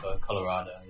Colorado